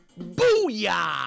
booyah